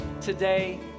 today